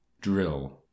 Drill